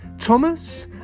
Thomas